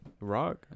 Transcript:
Rock